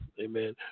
Amen